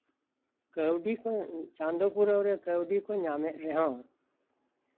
ᱠᱟᱹᱣᱰᱤ ᱠᱚ ᱪᱟᱸᱫᱳ ᱯᱩᱨᱟᱹᱣ ᱨᱮ ᱠᱟᱹᱣᱰᱤ ᱠᱚ ᱧᱟᱢᱮᱫ ᱨᱮᱦᱚᱸ